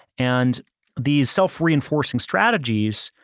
and these self-reinforcing strategies,